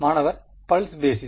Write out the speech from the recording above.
மாணவர் pulse basis